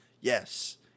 Yes